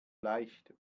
leicht